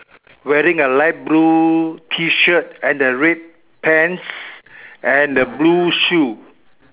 wearing a light blue T-shirt and a red pants and the blue shoe